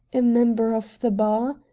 a member of the bar?